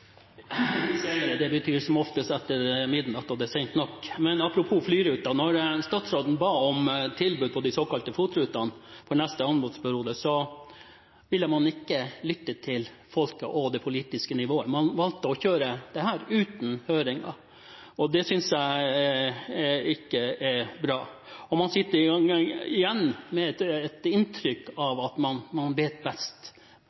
betyr som oftest etter midnatt, og det er sent nok. Men apropos flyruter: Da statsråden ba om tilbud på de såkalte FOT-rutene for neste anbudsperiode, ville man ikke lytte til folket og det politiske nivået. Man valgte å kjøre dette uten høringer. Det synes jeg ikke er bra. Man sitter igjen med et inntrykk av at noen vet best,